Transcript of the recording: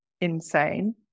insane